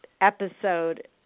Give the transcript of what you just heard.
episode